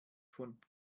von